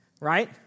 Right